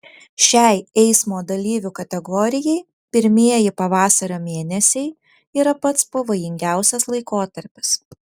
šiai eismo dalyvių kategorijai pirmieji pavasario mėnesiai yra pats pavojingiausias laikotarpis